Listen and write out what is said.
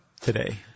today